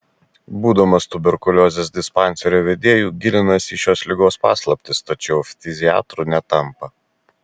būdamas tuberkuliozės dispanserio vedėju gilinasi į šios ligos paslaptis tačiau ftiziatru netampa